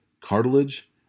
cartilage